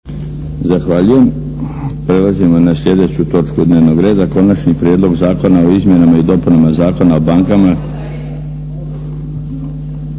Darko (HDZ)** Prelazimo na sljedeću točku dnevnog reda, - Konačni prijedlog Zakona o izmjenama i dopunama Zakona o bankama,